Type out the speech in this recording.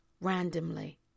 randomly